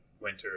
winter